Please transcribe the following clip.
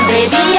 Baby